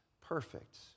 perfect